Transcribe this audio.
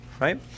right